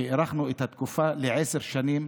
הארכנו את התקופה לעשר שנים.